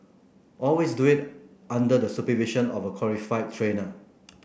always do it under the supervision of a qualified trainer